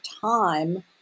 time